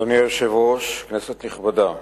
אדוני היושב-ראש, כנסת נכבדה,